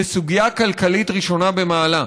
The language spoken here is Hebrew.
וסוגיה כלכלית ראשונה במעלה.